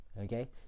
Okay